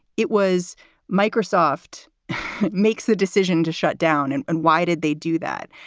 it was microsoft makes the decision to shut down. and and why did they do that?